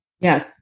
yes